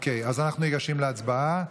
ניגשים להצבעה.